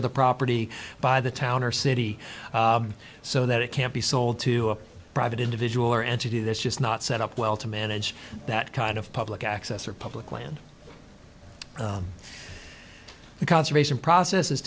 of the property by the town or city so that it can't be sold to a private individual or entity that's just not set up well to manage that kind of public access or public land conservation process is